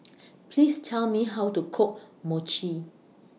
Please Tell Me How to Cook Mochi